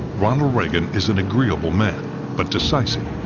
ronald reagan is an agreeable man but decisive.